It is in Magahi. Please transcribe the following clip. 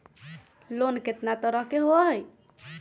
लोन केतना तरह के होअ हई?